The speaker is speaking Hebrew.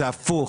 זה הפוך.